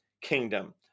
kingdom